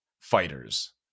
Fighters